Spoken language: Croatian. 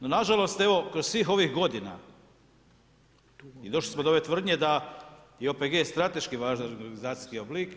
No, nažalost evo kroz svih ovih godina došli smo do ove tvrdnje da je OPG strateški važan organizacijski oblik.